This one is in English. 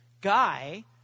guy